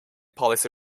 policy